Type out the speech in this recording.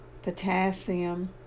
potassium